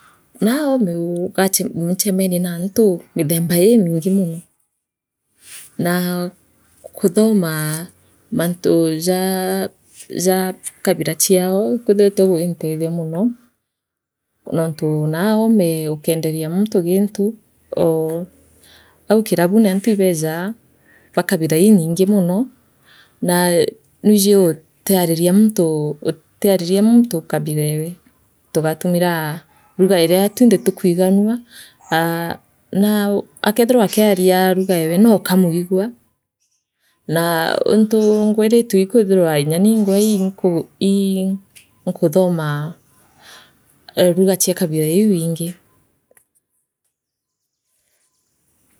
Naa oome uu inchemenie naantu mithemba iimingi mno naa kuthoma mantu jaa jaa kabila chiao ikwithitie gwintethia mono nontu naa ome ukeenderia muntu gintu oo au kirabune antu ibeejaa baa kabila inyingi mono naa nwiji utiariria muntu utiariria muntu kabilewe noo tugaturira lugha iria twinthe tukwiganua aa naa akeethirwa akiana lugha ewe nookamwigua naa untu ngwiritue ikwithirwa nyaa ningwaa inku ii nkuthoma lugha chia kabila iu ingi.